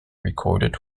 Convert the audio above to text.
recorded